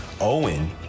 Owen